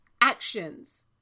actions